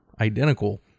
identical